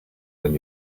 when